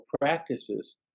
practices